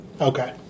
okay